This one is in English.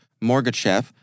Morgachev